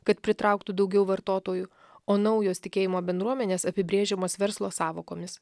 kad pritrauktų daugiau vartotojų o naujos tikėjimo bendruomenės apibrėžiamos verslo sąvokomis